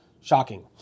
shocking